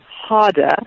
harder